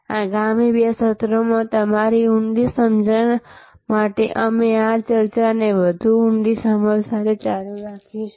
આગામી બે સત્રોમાં તમારી ઊંડી સમજણ માટે અમે આ ચર્ચાને વધુ ઊંડી સમજ સાથે ચાલુ રાખીશું